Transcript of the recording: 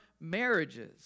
marriages